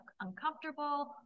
uncomfortable